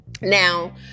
Now